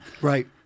Right